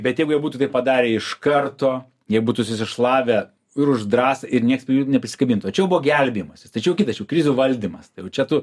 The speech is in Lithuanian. bet jeigu jie būtų taipadarę iš karto jie būtų susišlavę ir už drąsą ir nieks prie jų neprisikabintų o čia jau buvo gelbėjimasis tai čia jau kitas čia krizių valdymas tai jau čia tu